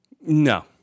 No